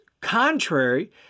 contrary